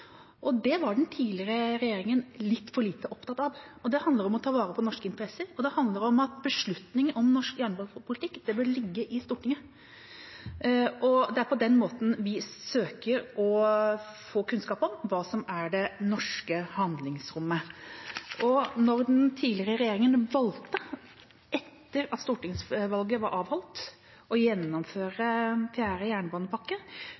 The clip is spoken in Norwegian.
Det var den tidligere regjeringa litt for lite opptatt av. Det handler om å ta vare på norske interesser, det handler om at beslutninger om norsk jernbanepolitikk bør ligge i Stortinget, og det er på den måten vi søker å få kunnskap om hva som er det norske handlingsrommet. Og da den tidligere regjeringa valgte, etter at stortingsvalget var avholdt, å gjennomføre fjerde jernbanepakke,